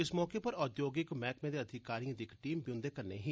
इस मौके उप्पर औधौगिक मैहकमें दे अधिकारियें दी इक टीम बी उंदे कन्नें ही